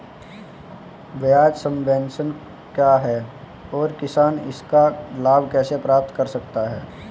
ब्याज सबवेंशन क्या है और किसान इसका लाभ कैसे प्राप्त कर सकता है?